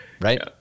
right